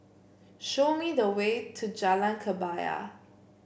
show me the way to Jalan Kebaya